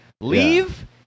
Leave